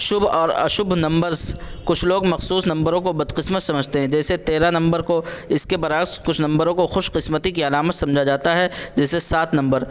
شبھ اور اشبھ نمبرس کچھ لوگ مخصوص نمبروں کو بدقسمت سمجھتے ہیں جیسے تیرہ نمبر کو اس کے برعکس کچھ نمبروں کو خوش قسمتی کی علامت سمجھا جاتا ہے جیسے سات نمبر